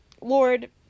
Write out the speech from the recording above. lord